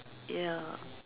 ya